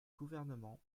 gouvernement